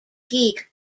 geek